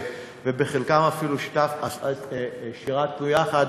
ובחלקם אפילו שירתנו יחד,